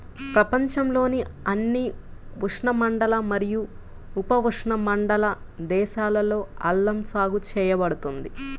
ప్రపంచంలోని అన్ని ఉష్ణమండల మరియు ఉపఉష్ణమండల దేశాలలో అల్లం సాగు చేయబడుతుంది